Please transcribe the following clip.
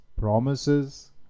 promises